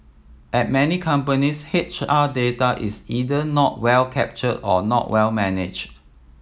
at many companies H R data is either not well captured or not well managed